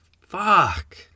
Fuck